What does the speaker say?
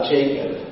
Jacob